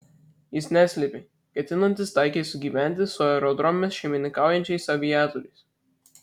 jis neslėpė ketinantis taikiai sugyventi su aerodrome šeimininkaujančiais aviatoriais